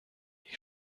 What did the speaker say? ich